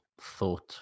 thought